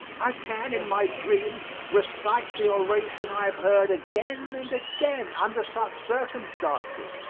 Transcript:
i can in my dreams recite the oration i have heard again and again under such circumstances.